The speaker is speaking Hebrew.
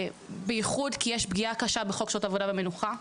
במיוחד כי יש פגיעה בשעות עבודה ומנוחה,